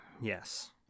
Yes